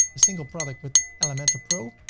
the single product with elementor pro.